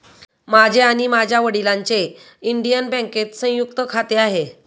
माझे आणि माझ्या वडिलांचे इंडियन बँकेत संयुक्त खाते आहे